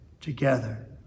together